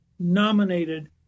nominated